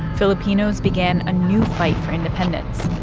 filipinos began a new fight for independence,